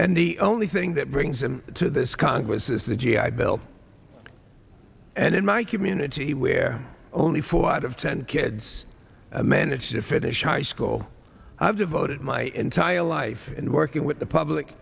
and the only thing that brings him to this congress is the g i bill and in my community where only four out of ten kids managed to finish high school i've devoted my entire life in working with the public